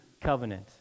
covenant